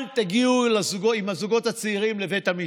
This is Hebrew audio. אל תגיעו עם הזוגות הצעירים לבית המשפט.